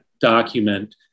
document